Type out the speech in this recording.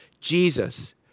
Jesus